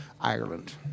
Ireland